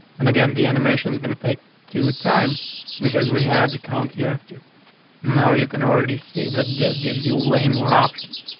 and again, the animation is gonna take two times because we have the count here of to you now, you can already see that this gives you way more options.